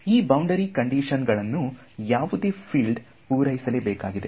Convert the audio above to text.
ಈ boundary condition ಗಳನ್ನು ಯಾವುದೇ ಫೀಲ್ಡ್ ಪೂರೈಸಲೇ ಬೇಕಾಗಿದೆ